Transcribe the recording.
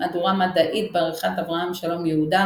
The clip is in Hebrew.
מהדורה מדעית בעריכת אברהם שלום יהודה,